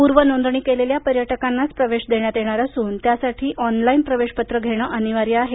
पूर्व नोंदणी केलेल्या पर्यटकांनाच प्रवेश देण्यात येणार असून त्यासाठी त्यांनी ऑनलाइन प्रवेशपत्र घेणं अनिवार्य आहे